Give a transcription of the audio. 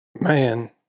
man